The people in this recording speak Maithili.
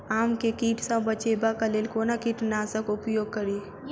आम केँ कीट सऽ बचेबाक लेल कोना कीट नाशक उपयोग करि?